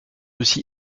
aussi